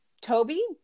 toby